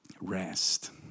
Rest